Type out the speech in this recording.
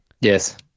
Yes